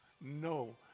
no